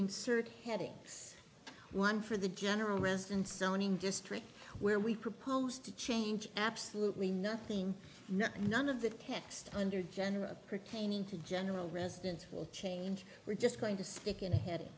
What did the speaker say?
insert headings one for the general residence zoning district where we proposed to change absolutely nothing none of the text under general pertaining to general residents will change we're just going to stick in a head